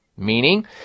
Meaning